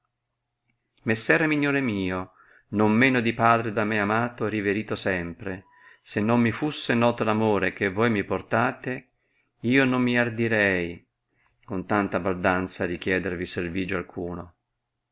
messer erminione mio non meno di padre da me amato e riverito sempre se non mi fusse noto l'amore che voi mi portate io non mi ardirei con tanta baldanza richiedervi servigio alcuno